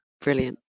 brilliant